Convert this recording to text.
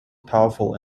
powerful